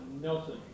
Nelson